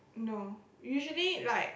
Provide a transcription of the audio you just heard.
no usually like